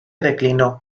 declinó